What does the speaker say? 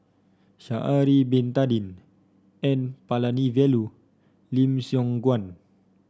Sha'ari Bin Tadin N Palanivelu Lim Siong Guan